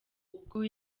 ubwo